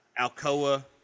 Alcoa –